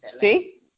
see